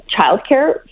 childcare